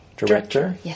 director